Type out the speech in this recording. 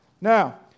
Now